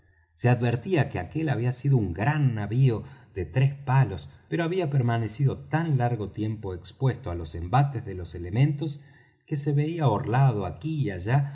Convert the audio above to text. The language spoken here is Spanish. se advertía que aquel había sido un gran navío de tres palos pero había permanecido tan largo tiempo expuesto á los embates de los elementos que se veía orlado aquí y allá